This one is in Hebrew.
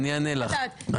אענה לך.